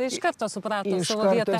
iš karto suprato savo vietą